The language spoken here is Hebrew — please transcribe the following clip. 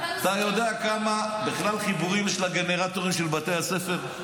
אתה יודע כמה בכלל חיבורים יש לגנרטורים של בתי הספר?